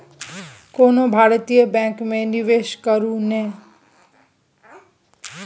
कोनो भारतीय बैंक मे निवेश करू ने